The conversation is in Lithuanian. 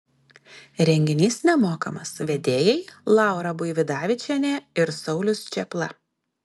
renginys nemokamas vedėjai laura buividavičienė ir saulius čėpla